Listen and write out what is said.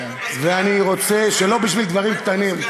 ואני רוצה שלא בשביל דברים קטנים,